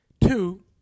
Two